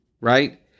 Right